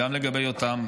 גם לגבי יותם,